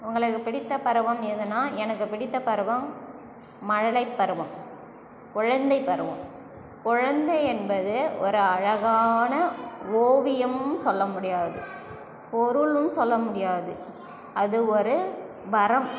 உங்களுக்கு பிடித்த பருவம் எதுன்னா எனக்கு பிடித்த பருவம் மழலைப் பருவம் குழந்தைப் பருவம் குழந்தை என்பது ஒரு அழகான ஓவியம் சொல்லமுடியாது பொருளும் சொல்ல முடியாது அது ஒரு வரம்